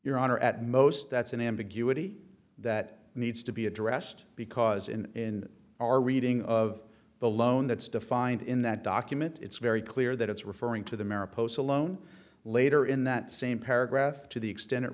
honor at most that's an ambiguity that needs to be addressed because in our reading of the loan that's defined in that document it's very clear that it's referring to the post alone later in that same paragraph to the extent it